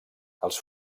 els